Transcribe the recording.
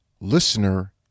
listener